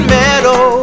meadow